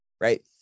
Right